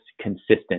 consistent